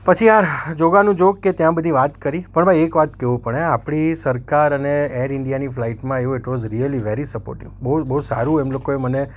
પછી યાર જોગાનુજોગ કે ત્યાં બધી વાત કરી પણ ભાઈ એક કહેવું પડે આપણી સરકાર અને એર ઇન્ડિયાની ફ્લાઇટમાં આવ્યો it was really very supportive બહુ બહુ સારું એમ લોકોએ મને